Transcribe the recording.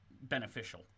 beneficial